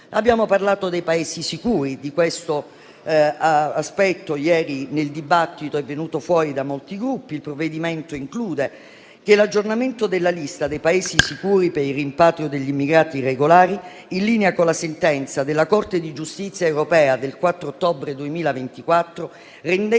Abbiamo parlato dei Paesi sicuri. Questo aspetto nel dibattito di ieri, è stato fatto emergere da molti Gruppi. Il provvedimento include l'aggiornamento della lista dei Paesi sicuri per il rimpatrio degli immigrati irregolari, in linea con la sentenza della Corte di giustizia dell'Unione europea del 4 ottobre 2024, rendendo